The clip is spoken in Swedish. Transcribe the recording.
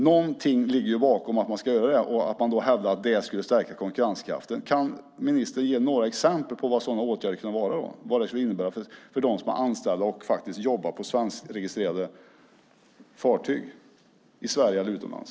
Något ligger ju bakom att man ska göra det och att man hävdar att det skulle stärka konkurrenskraften. Kan ministern ge några exempel på vad sådana åtgärder skulle kunna vara och vad de skulle innebära för dem som är anställda och jobbar på svenskregistrerade fartyg i Sverige eller utomlands?